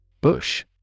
Bush